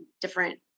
different